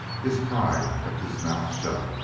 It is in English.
his pride kept his mouth shut,